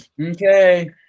okay